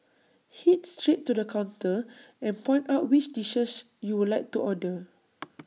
Head straight to the counter and point out which dishes you would like to order